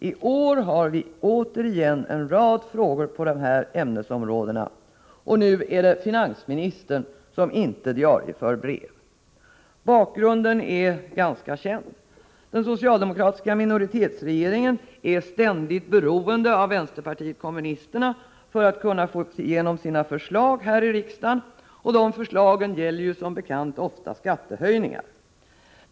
I år har vi återigen en rad frågor på dessa ämnesområden, och nu är det finansministern som inte diarieför brev. Bakgrunden är ganska känd. Den socialdemokratiska minoritetsregeringen är ständigt beroende av vänsterpartiet kommunisterna för att kunna få igenom sina förslag här i riksdagen, och de förslagen gäller ju som bekant ofta skattehöjningar.